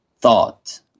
thought